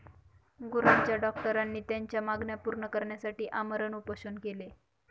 गुरांच्या डॉक्टरांनी त्यांच्या मागण्या पूर्ण करण्यासाठी आमरण उपोषण केले